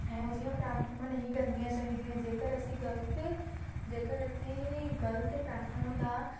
ਇਹੋ ਜਿਹੀਆਂ ਪ੍ਰਾਰਥਨਾ ਨਹੀਂ ਕਰਨੀਆਂ ਚਾਹੀਦੀਆਂ ਜੇਕਰ ਅਸੀਂ ਗਲਤ ਜੇਕਰ ਅਸੀਂ ਗਲਤ ਪ੍ਰਾਰਥਨਾਵਾਂ ਦਾ